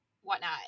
whatnot